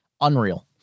Unreal